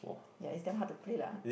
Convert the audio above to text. ya its damn hard to play lah